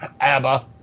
ABBA